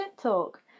Talk